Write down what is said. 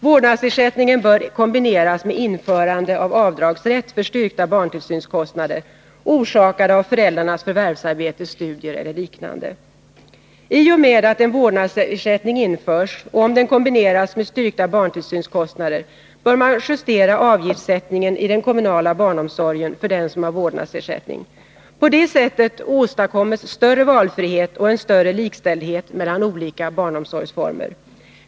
Vårdnadsersättningen bör kombineras med införande av avdragsrätt för styrkta barntillsynskostnader orsakade av föräldrarnas förvärvsarbete, studier eller liknande. I och med att en vårdnadsersättning införs och om den kombineras med styrkta barntillsynskostnader bör man justera avgiftssättningen i den kommunala barnomsorgen för den som har vårdnadsersättning. På det sättet åstadkoms större valfrihet och en större likställdhet mellan olika barnomsorgsformer.